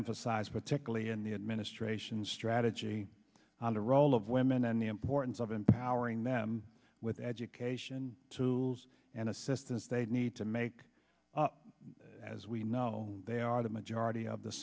emphasized particularly in the administration's strategy on the role of women and the importance of empowering them with education tools and assistance they need to make as we know they are the majority of the